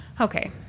Okay